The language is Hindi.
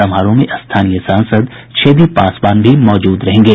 समारोह में स्थानीय सांसद छेदी पासवान भी मौजूद रहेंगे